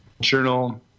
journal